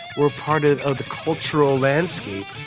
we're part of of the cultural landscape.